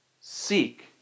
Seek